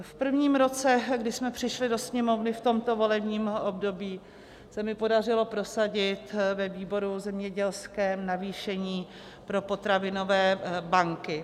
V prvním roce, kdy jsme přišli do Sněmovny v tomto volebním období, se mi podařilo prosadit ve výboru zemědělském navýšení pro potravinové banky.